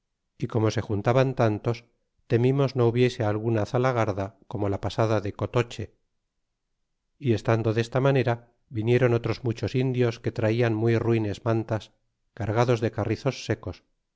y como se juntaban tantos temimos no hubiese alguna zalagarda como la pasada de cotoche y estando desta manera vinieron otros muchos indios que traian muy euines mantas cargados de carrizos secos